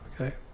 Okay